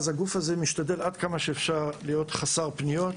הגוף הזה משתדל עד כמה שאפשר להיות חסר פניות.